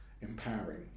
empowering